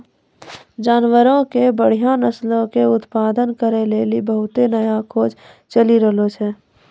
जानवरो के बढ़िया नस्लो के उत्पादन करै के लेली बहुते नया खोज चलि रहलो छै